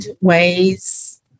ways